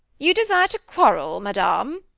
you desire to quarrel, madame!